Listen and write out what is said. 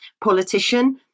politician